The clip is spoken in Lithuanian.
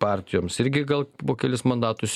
partijoms irgi gal po kelis mandatus